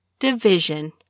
division